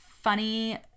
funny